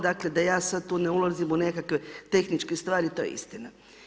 Dakle da ja sad tu ne ulazim u nekakve tehničke stvari to je istina.